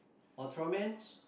Ultraman